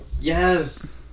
Yes